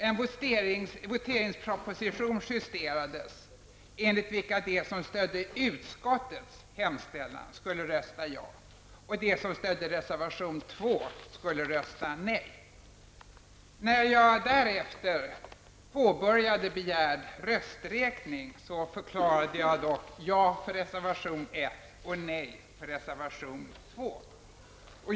En voteringsproposition justerades enligt vilken de som stödde utskottets hemställan skulle rösta ja och de som stödde reservation 2 skulle rösta nej. När jag därefter påbörjade begärd rösträkning förklarade jag: Ja för reservation 1 och nej för reservation 2.